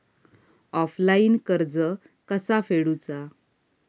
Offline कर्ज कसा फेडूचा?